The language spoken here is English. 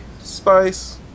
spice